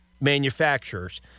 manufacturers